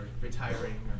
retiring